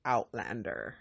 Outlander